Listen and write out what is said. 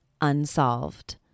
unsolved